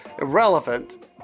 irrelevant